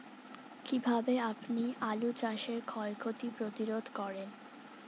কীভাবে আপনি আলু চাষের ক্ষয় ক্ষতি প্রতিরোধ করেন?